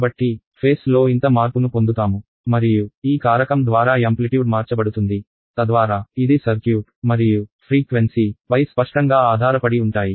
కాబట్టి ఫేస్ లో ఇంత మార్పు ను పొందుతాము మరియు ఈ కారకం ద్వారా యాంప్లిట్యూడ్ మార్చబడుతుంది తద్వారా ఇది సర్క్యూట్ మరియు ఫ్రీక్వెన్సీ పై స్పష్టంగా ఆధారపడి ఉంటాయి